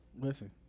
Listen